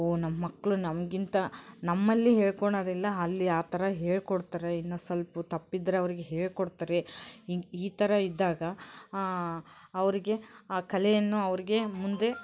ಓ ನಮ್ಮ ಮಕ್ಳು ನಮಗಿಂತ ನಮ್ಮಲ್ಲಿ ಹೇಳ್ಕೊಳದಿಲ್ಲ ಅಲ್ಲಿ ಆ ಥರ ಹೇಳಿಕೊಡ್ತಾರೆ ಇನ್ನು ಸ್ವಲ್ಪ ತಪ್ಪಿದ್ದರೆ ಅವ್ರ್ಗೆ ಹೇಳಿಕೊಡ್ತಾರೆ ಹಿಂಗೆ ಈ ಥರ ಇದ್ದಾಗ ಅವ್ರಿಗೆ ಆ ಕಲೆಯನ್ನು ಅವ್ರಿಗೆ ಮುಂದೆ